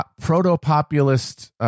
proto-populist